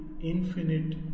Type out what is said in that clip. infinite